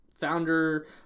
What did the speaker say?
founder